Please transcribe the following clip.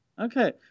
Okay